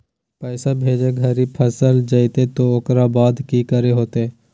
पैसा भेजे घरी फस जयते तो ओकर बाद की करे होते?